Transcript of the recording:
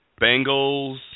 Bengals